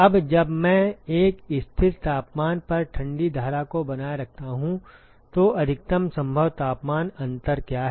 अब जब मैं एक स्थिर तापमान पर ठंडी धारा को बनाए रखता हूं तो अधिकतम संभव तापमान अंतर क्या है